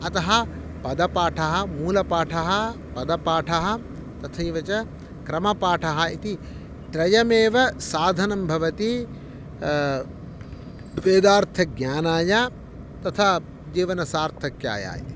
अतः पदपाठः मूलपाठः पदपाठः तथैव च क्रमपाठः इति त्रयमेव साधनं भवति वेदार्थज्ञानाय तथा जीवनसार्थक्याय